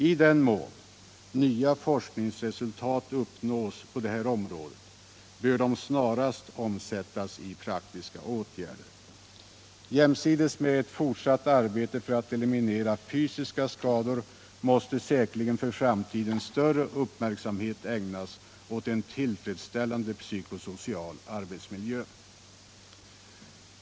I den mån nya forskningsresultat uppnås på detta område bör de snarast omsättas i praktiska åtgärder. Jämsides med ett fortsatt arbete för att eliminera fysiska skador måste säkerligen för framtiden större uppmärksamhet ägnas åt en tillfredsställande psykosocial arbetsmiljö.